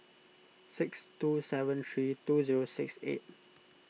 six two seven three two zero six eight